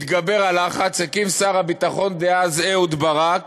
והתגבר הלחץ, הקים שר הביטחון דאז אהוד ברק,